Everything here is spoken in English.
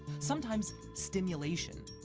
sometimes stimulation,